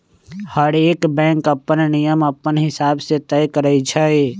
हरएक बैंक अप्पन नियम अपने हिसाब से तय करई छई